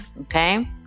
Okay